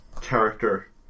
character